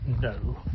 no